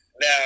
Now